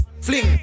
Fling